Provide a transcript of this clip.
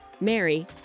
Mary